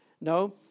No